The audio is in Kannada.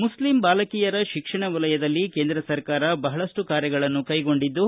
ಮುಸ್ಲಿಂ ಬಾಲಕಿಯರ ಶಿಕ್ಷಣ ವಲಯದಲ್ಲಿ ಕೇಂದ್ರ ಸರ್ಕಾರ ಬಹಳಷ್ಟು ಕಾರ್ಯಗಳನ್ನು ಕೈಗೊಂಡಿದ್ದು